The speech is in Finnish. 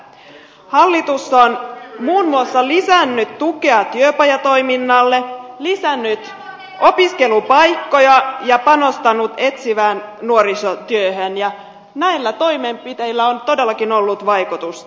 hallitus on muun muassa lisännyt tukea työpajatoiminnalle lisännyt opiskelupaikkoja ja panostanut etsivään nuorisotyöhön ja näillä toimenpiteillä on todellakin ollut vaikutusta